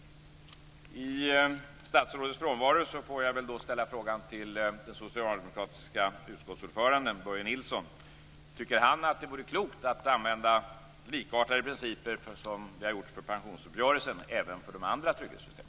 I statsrådets frånvaro får jag väl ställa frågan till den socialdemokratiska utskottsordföranden: Tycker Börje Nilsson att det vore klokt att använda likartade principer som i pensionsuppgörelsen även för de andra trygghetssystemen?